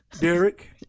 Derek